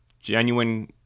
genuine